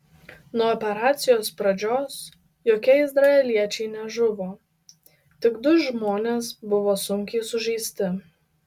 nuo operacijos pradžios jokie izraeliečiai nežuvo tik du žmonės buvo sunkiai sužeisti